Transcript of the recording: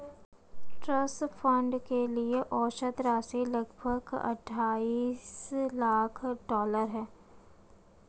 trust fund के लिए औसत राशि लगभग अट्ठाईस लाख डॉलर है